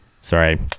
Sorry